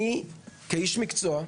אני כאיש מקצוע,